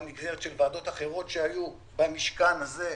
גם נגזרת של ועדות אחרות שהיו במשכן הזה.